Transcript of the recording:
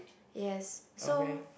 yes so